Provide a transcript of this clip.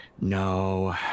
No